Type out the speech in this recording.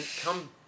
come